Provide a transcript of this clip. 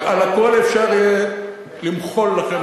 על הכול אפשר יהיה למחול לכם,